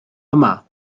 yma